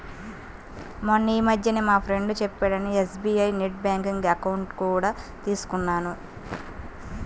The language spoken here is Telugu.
మొన్నీమధ్యనే మా ఫ్రెండు చెప్పాడని ఎస్.బీ.ఐ నెట్ బ్యాంకింగ్ అకౌంట్ కూడా తీసుకున్నాను